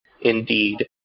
indeed